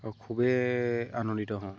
আৰু খুবেই আনন্দিত হওঁ